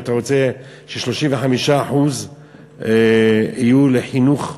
ואתה רוצה ש-35% יהיו לחינוך,